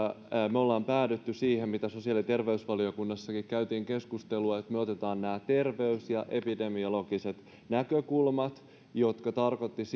me olemme päätyneet siihen mistä sosiaali ja terveysvaliokunnassakin käytiin keskustelua että me otamme nämä terveys ja epidemiologiset näkökulmat jotka tarkoittavat